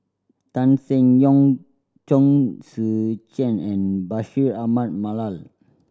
Tan Seng Yong Chong Tze Chien and Bashir Ahmad Mallal